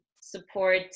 support